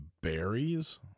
berries